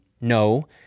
No